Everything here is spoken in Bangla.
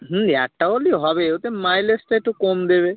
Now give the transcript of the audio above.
হুম একটা হলেই হবে ওতে মাইলেজটা একটু কম দেবে